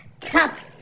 Tough